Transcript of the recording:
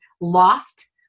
lost